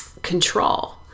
Control